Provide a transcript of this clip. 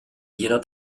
jener